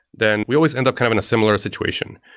then we always end up kind of in a similar situation.